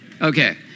Okay